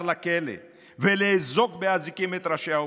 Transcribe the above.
לכלא ולאזוק באזיקים את ראשי האופוזיציה,